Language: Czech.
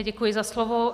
Děkuji za slovo.